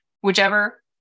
whichever